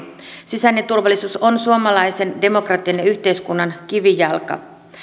sisäinen turvallisuus on suomalaisen demokratian ja yhteiskunnan kivijalka